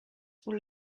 will